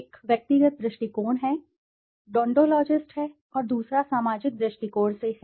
एक व्यक्तिगत दृष्टिकोण से है डोनटोलॉजिस्ट है और दूसरा सामाजिक दृष्टिकोण से है